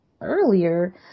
earlier